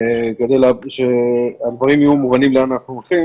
כדי שהדברים יהיו מובנים לאן אנחנו הולכים